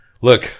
look